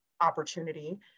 opportunity